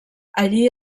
allí